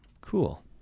Cool